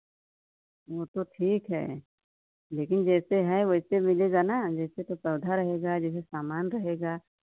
वो तो ठीक है लेकिन जैसे है वैसे मिलेगा ना जैसे तो पौधा रहेगा जैसे सामान रहेगा